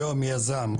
היום יזם,